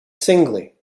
singly